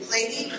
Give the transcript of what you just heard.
Lady